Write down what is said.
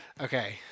Okay